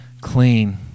clean